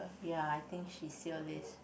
ya I think she sell this